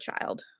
child